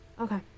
Okay